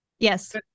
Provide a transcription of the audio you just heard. Yes